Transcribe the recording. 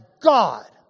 God